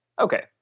okay